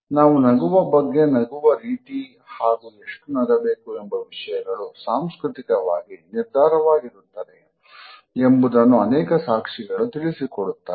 ನಾವು ನಗುವ ಬಗ್ಗೆ ನಗುವ ರೀತಿ ಹಾಗೂ ಎಷ್ಟು ನಗಬೇಕು ಎಂಬ ವಿಷಯಗಳು ಸಾಂಸ್ಕೃತಿಕವಾಗಿ ನಿರ್ಧಾರವಾಗಿರುತ್ತದೆ ಎಂಬುದನ್ನು ಅನೇಕ ಸಾಕ್ಷಿಗಳು ತಿಳಿಸಿಕೊಡುತ್ತಾರೆ